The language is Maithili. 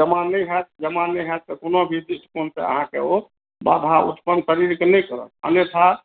जमा नहि होयत जमा नहि होयत तऽ कोनो भी चिन्ता अहाँके ओ महाभारपन शरीरके ओ निकलबे करत अन्यथा